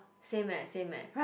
same eh same eh